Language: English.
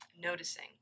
noticing